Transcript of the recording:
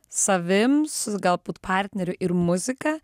savim s galbūt partneriu ir muzika